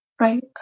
Right